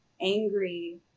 angry